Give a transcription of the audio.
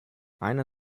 eine